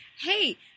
hey